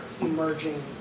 emerging